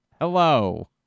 hello